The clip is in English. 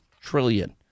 trillion